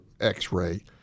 X-ray